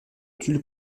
tulle